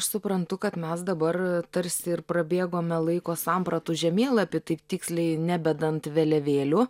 suprantu kad mes dabar tarsi ir prabėgome laiko sampratų žemėlapį taip tiksliai nebedant vėliavėlių